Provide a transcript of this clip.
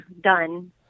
done